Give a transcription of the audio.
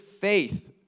faith